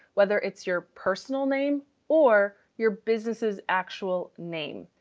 whether it's your personal name or your businesses actual name.